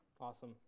awesome